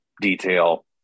detail